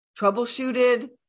troubleshooted